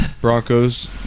Broncos